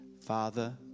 Father